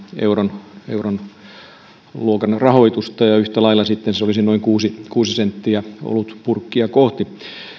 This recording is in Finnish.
euron luokkaa olevaa rahoitusta ja yhtä lailla sitten se olisi noin kuusi kuusi senttiä olutpurkkia kohti